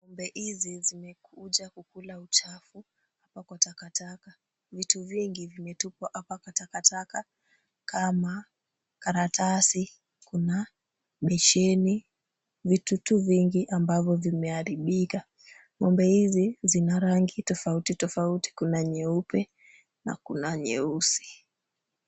Ng'ombe hizi zimekuja kukula uchafu hapa kwa takataka. Vitu vingi vimetupwa hapa pa takataka kama karatasi, kuna besheni, vitu tu vingi ambavyo vimeharibika. Ng'ombe hizi zina rangi tofauti tofauti, kuna nyeupe na kuna nyeusi.